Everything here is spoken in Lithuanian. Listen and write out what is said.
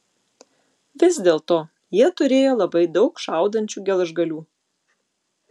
vis dėlto jie turėjo labai daug šaudančių gelžgalių